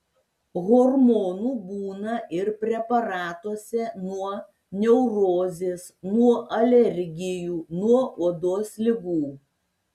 hormonų būna ir preparatuose nuo neurozės nuo alergijų nuo odos ligų